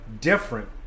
different